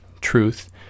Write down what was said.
truth